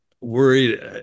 worried